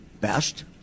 best